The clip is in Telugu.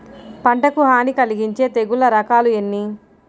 పంటకు హాని కలిగించే తెగుళ్ళ రకాలు ఎన్ని?